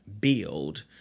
build